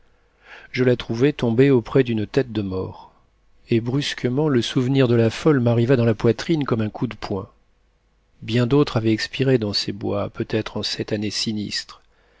je la trouvai tombée auprès d'une tête de mort et brusquement le souvenir de la folle m'arriva dans la poitrine comme un coup de poing bien d'autres avaient expiré dans ces bois peut-être en cette année sinistre